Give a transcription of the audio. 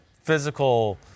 physical